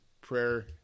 prayer